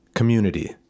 Community